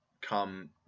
come